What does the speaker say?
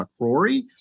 McCrory